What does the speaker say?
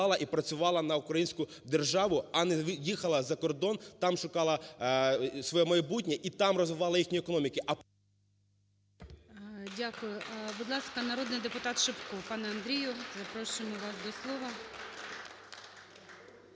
Дякую. Будь ласка, народний депутат Шипко. Пане Андрію, запрошуємо вас до слова.